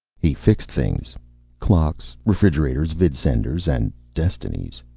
he fixed things clocks, refrigerators, vidsenders and destinies.